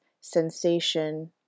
sensation